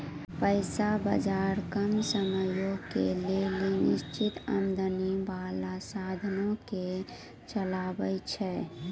पैसा बजार कम समयो के लेली निश्चित आमदनी बाला साधनो के चलाबै छै